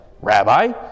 Rabbi